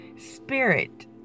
spirit